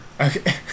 Okay